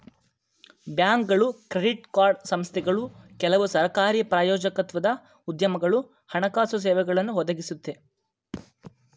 ಬ್ಯಾಂಕ್ಗಳು credit card ಸಂಸ್ಥೆಗಳು ಕೆಲವು ಸರಕಾರಿ ಪ್ರಾಯೋಜಕತ್ವದ ಉದ್ಯಮಗಳು ಹಣಕಾಸು ಸೇವೆಗಳನ್ನು ಒದಗಿಸುತ್ತೆ